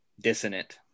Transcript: dissonant